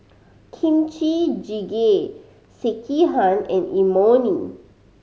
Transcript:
Kimchi Jjigae Sekihan and Imoni